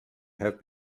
have